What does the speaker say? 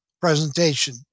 presentation